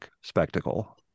spectacle